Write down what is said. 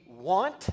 want